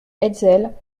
hetzel